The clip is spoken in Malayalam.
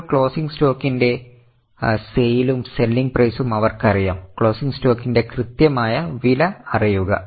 ഇപ്പോൾ ക്ലോസിംഗ് സ്റ്റോക്കിന്റെ സെയ്ലും സെല്ലിങ് പ്രൈസും അവർക്ക് അറിയാം ക്ലോസിംഗ് സ്റ്റോക്കിന്റെ കൃത്യമായ വില അറിയുക